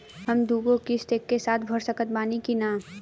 हम दु गो किश्त एके साथ भर सकत बानी की ना?